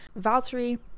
valtteri